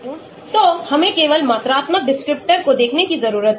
तो हमें केवल मात्रात्मक descriptor को देखने की जरूरत है